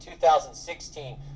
2016